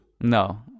no